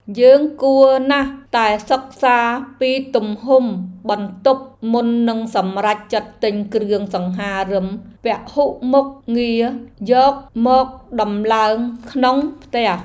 យើងគួរណាស់តែសិក្សាពីទំហំបន្ទប់មុននឹងសម្រេចចិត្តទិញគ្រឿងសង្ហារិមពហុមុខងារយកមកដំឡើងក្នុងផ្ទះ។